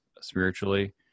spiritually